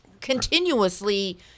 continuously